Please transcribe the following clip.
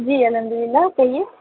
جی الحمدللہ کہیے